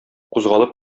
кузгалып